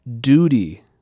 duty